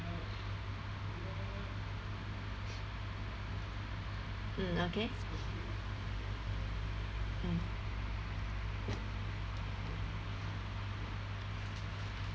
mm okay mm